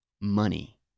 Money